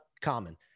common